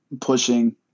pushing